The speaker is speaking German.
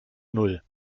null